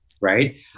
right